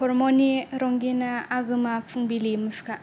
परमनि रंगिना आगोमा फुंबिलि मुसुखा